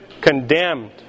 condemned